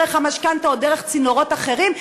דרך המשכנתה או דרך צינורות אחרים,